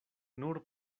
nur